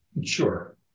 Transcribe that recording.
Sure